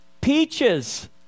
peaches